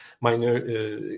minor